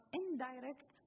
indirect